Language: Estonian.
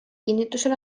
kinnitusel